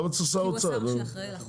הוא השר שאחראי על החוק.